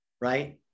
right